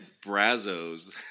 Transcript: Brazos